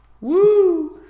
Woo